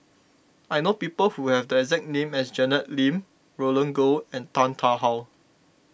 I know people who have the exact name as Janet Lim Roland Goh and Tan Tarn How